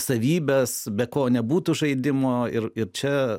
savybes be ko nebūtų žaidimo ir ir čia